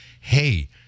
Hey